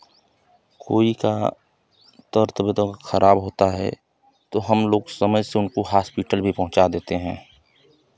कोई का तर तबियत अगर खराब होता है तो हम लोग समय से उनको हॉस्पिटल भी पहुँचा देते हैं